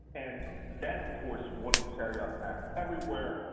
and then of course wanted to carry out attack everywhere,